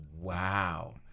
wow